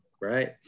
right